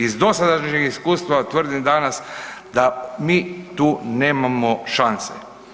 Iz dosadašnjeg iskustva tvrdim danas da mi tu nemamo šanse.